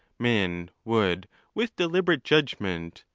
men would with deli berate judgment,